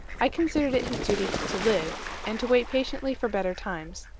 i considered it his duty to live, and to wait patiently for better times.